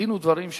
היה